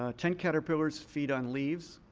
ah tent caterpillars feed on leaves.